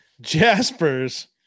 Jaspers